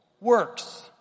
Works